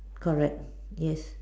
correct yes